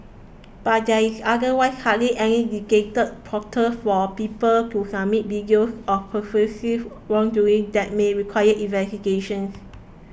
but there is otherwise hardly any dictated portal for people to submit videos of pervasive wrongdoing that may require investigations